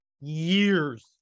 years